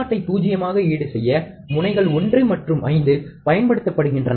Vo ஐ பூஜ்யமாக ஈடுசெய்ய முனைகள் 1 மற்றும் 5 பயன்படுத்தப்படுகின்றன